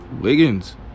Wiggins